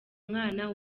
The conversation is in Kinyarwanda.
mwana